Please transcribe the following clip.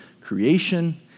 creation